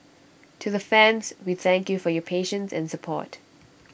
to the fans we thank you for your patience and support